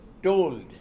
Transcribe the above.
told